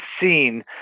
seen